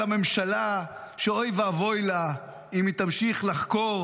הממשלה שאוי ואבוי לה אם היא תמשיך לחקור